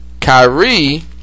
Kyrie